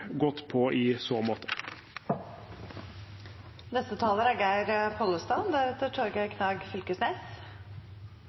godt på i så